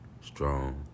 Strong